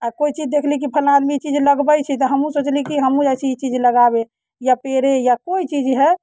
आ कोइ चीज देखली कि फल्लाँ आदमी ई चीज लगबैत छै तऽ हमहूँ सोचली कि हमहूँ जाइत छी ई चीज लगाबय या पेड़े या कोइ चीज हइ